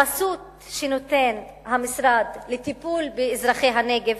החסות שנותן המשרד לטיפול באזרחי הנגב,